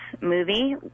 movie